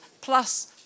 plus